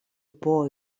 boy